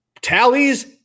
tallies